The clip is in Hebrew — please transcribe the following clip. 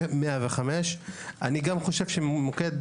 עם מוקד 105. אני גם חושב שמוקד 105,